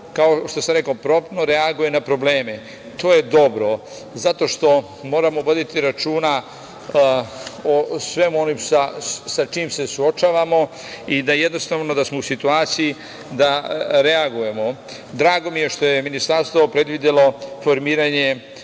kao što sam rekao, promtno reaguje na probleme. To je dobro, zato što moramo voditi računa o svemu onome sa čime se suočavamo. Jednostavno, da smo u situaciji da reagujemo. Drago mi je što je Ministarstvo predvidelo formiranje